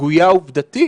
שגויה עובדתית.